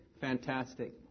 Fantastic